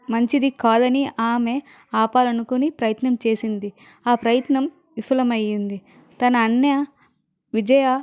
మంచిది కాదని ఆమె ఆపాలనుకుని ప్రయత్నం చేసింది ఆ ప్రయత్నం విఫలమైంది తన అన్న విజయ